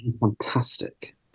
Fantastic